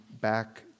back